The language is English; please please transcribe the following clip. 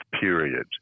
period